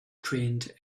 trained